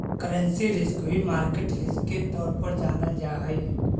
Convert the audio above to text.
currency risk भी market risk के तौर पर जानल जा हई